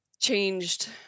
changed